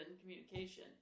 communication